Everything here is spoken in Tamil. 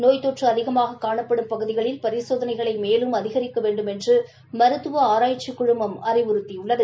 நோய் தொற்று அதகிமனாக காணப்படும் பகுதிகளில் பரிசோதனைகளை மேலும் அதிகரிக்க வேண்டுமென்று மருத்துவ ஆராய்சிக் குழுமம் அறிவுறுத்தியுள்ளது